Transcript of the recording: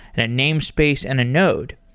and a namespace, and a node.